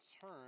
turn